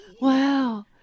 Wow